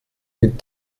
mit